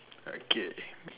okay